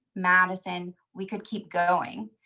madison, we can keep going,